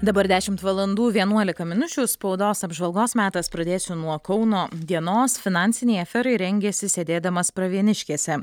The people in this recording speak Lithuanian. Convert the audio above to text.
dabar dešimt valandų vienuolika minučių spaudos apžvalgos metas pradėsiu nuo kauno dienos finansinei aferai rengėsi sėdėdamas pravieniškėse